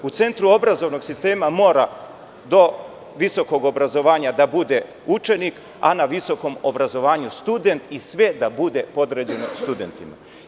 U centru obrazovnog sistema mora do visokog obrazovanja da bude učenik, a na visokom obrazovanju student i sve da bude podređeno studentima.